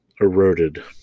eroded